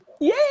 yay